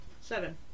Seven